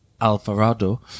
Alvarado